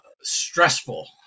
stressful